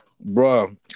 bro